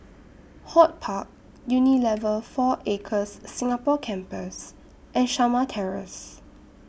Hort Park Unilever four Acres Singapore Campus and Shamah Terrace